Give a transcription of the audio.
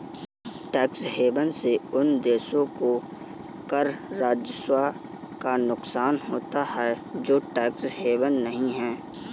tax haven से उन देशों को कर राजस्व का नुकसान होता है जो टैक्स हेवन नहीं हैं